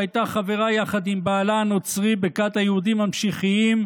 שהייתה חברה יחד עם בעלה הנוצרי בכת היהודים המשיחיים,